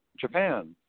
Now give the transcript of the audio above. Japan